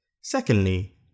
Secondly